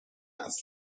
است